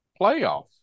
playoff